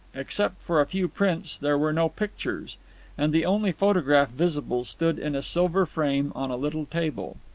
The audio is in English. except for a few prints, there were no pictures and the only photograph visible stood in a silver frame on a little table.